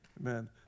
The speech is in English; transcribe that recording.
Amen